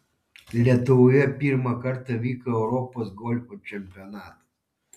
lietuvoje pirmą kartą vyko europos golfo čempionatas